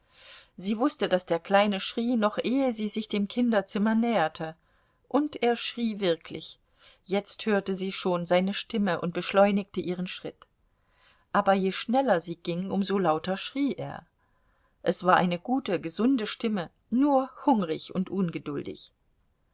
sie wußte daß der kleine schrie noch ehe sie sich dem kinderzimmer näherte und er schrie wirklich jetzt hörte sie schon seine stimme und beschleunigte ihren schritt aber je schneller sie ging um so lauter schrie er es war eine gute gesunde stimme nur hungrig und ungeduldig